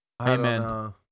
Amen